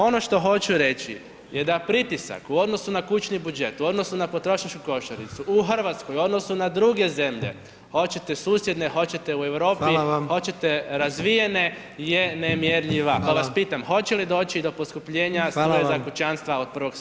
Ono što hoću reći je da pritisak u odnosu na kućni budžet, u odnosu na potrošačku košaricu u RH u odnosu na druge zemlje, hoćete susjedne, hoćete u Europi [[Upadica: Hvala vam]] hoćete razvijene je nemjerljiva [[Upadica: Hvala]] pa vas pitam hoće li doći do poskupljenja [[Upadica: Hvala vam]] struje za kućanstva od 1.7.